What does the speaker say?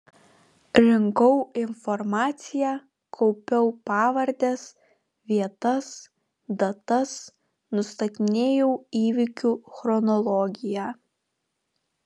rinkau informaciją kaupiau pavardes vietas datas nustatinėjau įvykių chronologiją